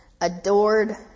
Adored